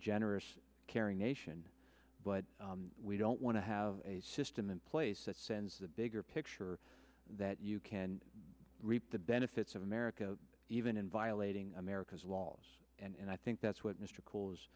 generous caring nation but we don't want to have a system in place that sends a bigger picture that you can reap the benefits of america even in violating america's laws and i think that's what mr co